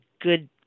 good